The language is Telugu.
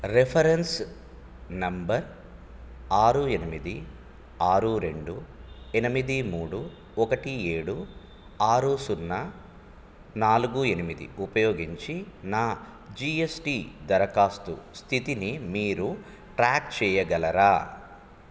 రెఫరెన్స్ నెంబర్ ఆరు ఎనిమిది ఆరు రెండు ఎనిమిది మూడు ఒకటి ఏడు ఆరు సున్నా నాలుగు ఎనిమిది ఉపయోగించి నా జీఎస్టీ దరఖాస్తు స్థితిని మీరు ట్రాక్ చేయగలరా